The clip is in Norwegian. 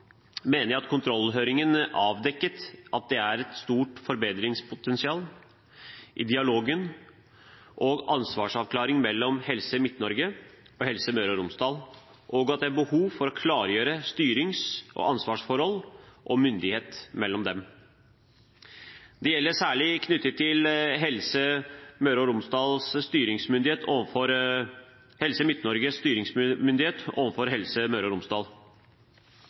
mener jeg at kontrollhøringen avdekket at det er et stort forbedringspotensial i dialogen og ansvarsavklaringen mellom Helse Midt-Norge og Helse Møre og Romsdal, og at det er behov for å klargjøre styrings- og ansvarsforhold og -myndighet mellom dem. Det gjelder særlig Helse Midt-Norges styringsmyndighet overfor Helse Møre og Romsdal.